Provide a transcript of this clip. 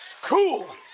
cool